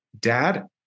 Dad